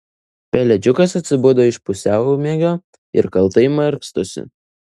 pelėdžiukas atsibudo iš pusiaumiegio ir kaltai markstosi